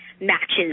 matches